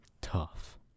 Tough